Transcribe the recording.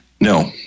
No